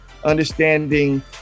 understanding